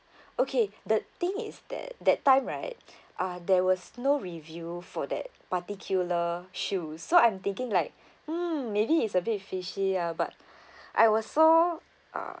okay the thing is that that time right uh there was no review for that particular shoes so I'm thinking like mm maybe is a bit fishy ah but I was so uh